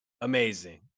amazing